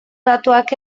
datuak